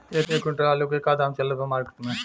एक क्विंटल आलू के का दाम चलत बा मार्केट मे?